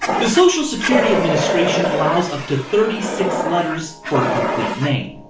the social security administration allows up to thirty six letters for a complete name.